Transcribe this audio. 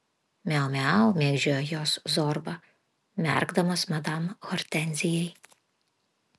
miau miau mėgdžiojo juos zorba merkdamas madam hortenzijai